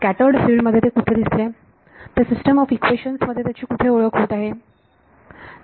scattered field मध्ये ते कुठे दिसले ते सिस्टम ऑफ इक्वेशन्स मध्ये त्याची कुठे ओळख होत आहे